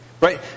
Right